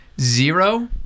Zero